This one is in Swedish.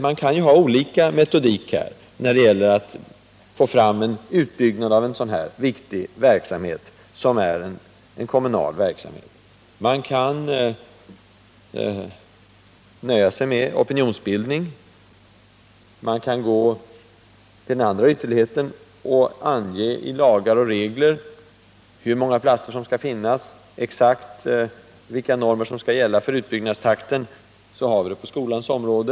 Man kan använda olika metoder för att bygga ut en så viktig kommunal verksamhet som denna. Man kan nöja sig med att arbeta med opionionsbildning. Man kan tillgripa den andra ytterligheten och ange i lagar och regler hur många platser som skall finnas och exakt vilka normer som skall gälla för utbyggnadstakten. Så har vi det på skolans område.